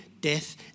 death